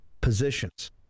positions